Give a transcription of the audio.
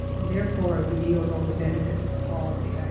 and therefore, it would yield all the benefits of quality and